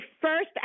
first